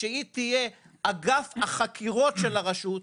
שהיא תהיה אגף החקירות של הרשות.